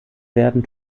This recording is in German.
werden